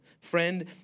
friend